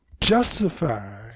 justify